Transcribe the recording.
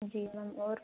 जी ma'am और